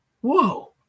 Whoa